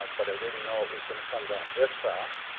ah but i didn't know it was going to come down this fast.